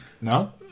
No